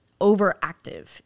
overactive